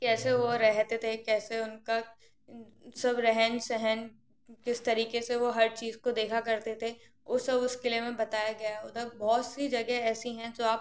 कैसे वो रहते थे कैसे उनका सब रहन सहन किस तरीक़े से वो हर चीज़ को देखा करते थे वो सब उस क़िले में बताया गया उधर बहुत सी जगहें ऐसी हैं जो आप